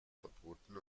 verboten